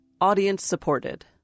audience-supported